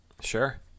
sure